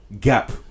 gap